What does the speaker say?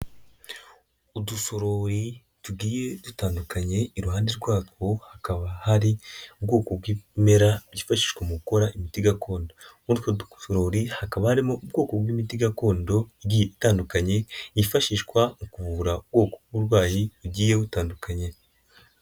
Udusorori tugiye dutandukanye, iruhande rwatwo hakaba hari, ubwoko bw'ibimera byifashishwa mu gukora imiti gakondo. Muri utwo dusorori hakaba harimo ubwoko bw'imiti gakondo, igiye itandukanye, yifashishwa mu kuvura ubwoko bw'uburwayi bugiye butandukanye.